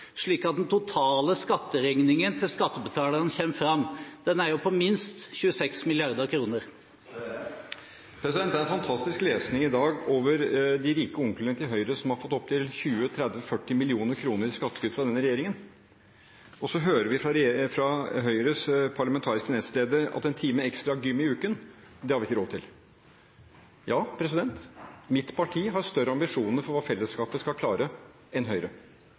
slik at den totale skatteregningen til skattebetalerne kommer fram? Den er jo på minst 26 mrd. kr. Det er fantastisk lesning i dag om de rike onklene til Høyre som har fått opptil 40 mill. kr i skattekutt fra denne regjeringen. Så hører vi fra Høyres parlamentariske nestleder at én time ekstra gym i uken har vi ikke råd til. Ja, mitt parti har større ambisjoner for hva fellesskapet skal klare enn Høyre